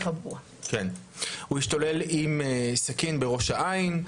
הוא השתולל עם סכין בראש העין.